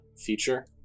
feature